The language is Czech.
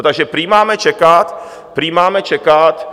Takže prý máme čekat, prý máme čekat.